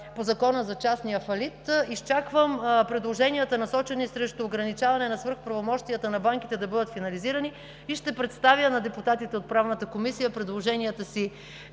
по Закона за частния фалит, надявам се. Изчаквам предложенията, насочени срещу ограничаване на свръхправомощията на банките, да бъдат финализирани и ще представя на депутатите от Правната комисия предложенията си